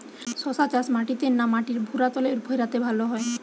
শশা চাষ মাটিতে না মাটির ভুরাতুলে ভেরাতে ভালো হয়?